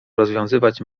rozwiązywać